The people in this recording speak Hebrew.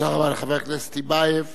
תודה רבה לחבר הכנסת טיבייב.